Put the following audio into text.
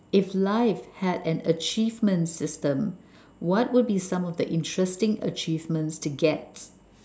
if life had an achievement system what would be some of the interesting achievements to get